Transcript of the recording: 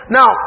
Now